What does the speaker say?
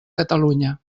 catalunya